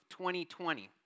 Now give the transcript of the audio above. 2020